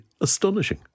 astonishing